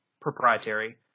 proprietary